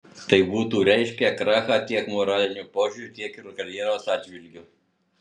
tai būtų reiškę krachą tiek moraliniu požiūriu tiek ir karjeros atžvilgiu